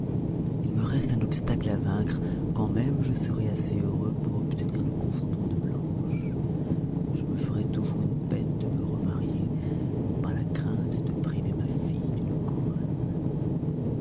il me reste un obstacle à vaincre quand même je serais assez heureux pour obtenir le consentement de blanche je me ferais toujours une peine de me remarier par la crainte de priver ma fille d'une couronne